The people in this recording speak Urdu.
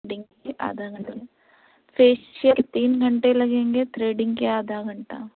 دن کے آدھا گھنٹہ فیشیل تین گھنٹے لگیں گے تھریڈنگ کے آدھا گھنٹہ